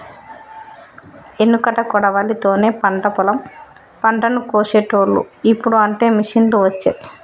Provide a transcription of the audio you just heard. ఎనుకట కొడవలి తోనే పంట పొలం పంటను కోశేటోళ్లు, ఇప్పుడు అంటే మిషిండ్లు వచ్చే